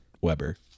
Weber